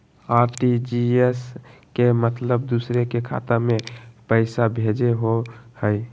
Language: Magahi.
आर.टी.जी.एस के मतलब दूसरे के खाता में पईसा भेजे होअ हई?